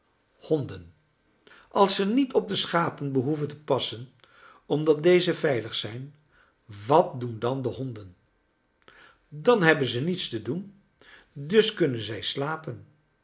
honden als ze niet op de schapen behoeven te passen omdat deze veilig zijn wat doen dan de honden dan hebben ze niets te doen dus kunnen zij slapen